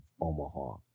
Omaha